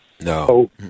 No